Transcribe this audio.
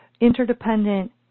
interdependent